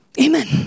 Amen